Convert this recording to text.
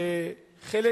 חלק